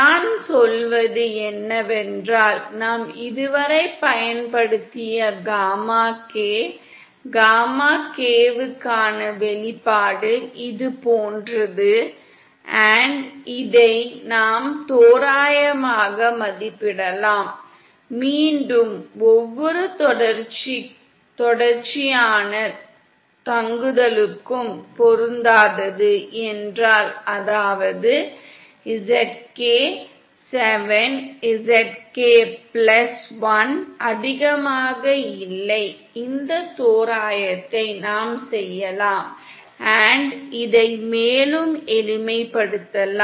நான் சொல்வது என்னவென்றால் நாம் இதுவரை பயன்படுத்திய காமா k காமா k வுக்கான வெளிப்பாடு இது போன்றது இதை நாம் தோராயமாக மதிப்பிடலாம் மீண்டும் ஒவ்வொரு தொடர்ச்சியான தங்குதலுக்கும் பொருந்தாதது என்றால் அதாவது zk 7 zk 1 அதிகமாக இல்லை இந்த தோராயத்தை நாம் செய்யலாம் இதை மேலும் எளிமைப்படுத்தலாம்